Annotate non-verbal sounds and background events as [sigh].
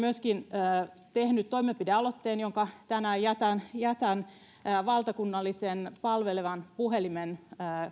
[unintelligible] myöskin toimenpidealoitteen jonka tänään jätän jätän valtakunnallisen palvelevan puhelimen